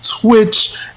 twitch